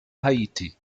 haiti